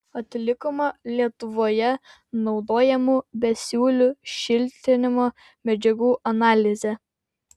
atlikome lietuvoje naudojamų besiūlių šiltinimo medžiagų analizę